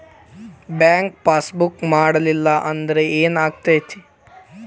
Bank passbook ಮಾಡಲಿಲ್ಲ ಅಂದ್ರೆ ಏನ್ ಆಗ್ತೈತಿ?